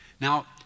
Now